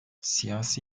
siyasi